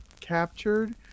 captured